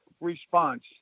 response